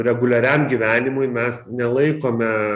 reguliariam gyvenimui mes nelaikome